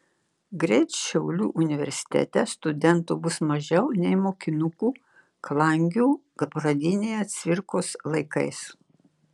greit šiaulių universitete studentų bus mažiau nei mokinukų klangių pradinėje cvirkos laikais